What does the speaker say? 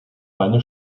meine